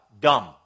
Dumb